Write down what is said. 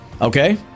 okay